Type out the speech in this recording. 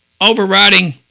overriding